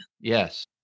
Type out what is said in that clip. yes